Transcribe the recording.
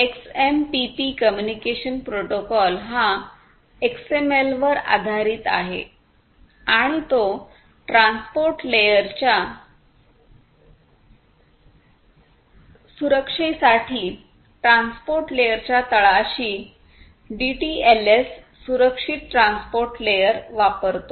XMPP communication protocol हा एक्सएमएलवर आधारित आहे आणि तो ट्रान्सपोर्ट लेअरच्या सुरक्षेसाठी ट्रान्सपोर्ट लेअरच्या तळाशी डीटीएलएस सुरक्षित ट्रान्सपोर्ट लेअर वापरतो